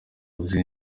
uzi